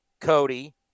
Cody